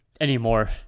Anymore